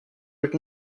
would